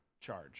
charge